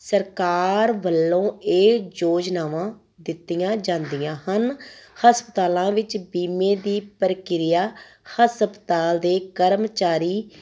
ਸਰਕਾਰ ਵੱਲੋਂ ਇਹ ਯੋਜਨਾਵਾਂ ਦਿੱਤੀਆਂ ਜਾਂਦੀਆਂ ਹਨ ਹਸਪਤਾਲਾਂ ਵਿੱਚ ਬੀਮੇ ਦੀ ਪ੍ਰਕਿਰਿਆ ਹਸਪਤਾਲ ਦੇ ਕਰਮਚਾਰੀ